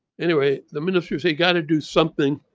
anyway, the minister said, you got to do something.